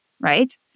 right